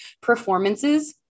performances